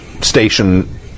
station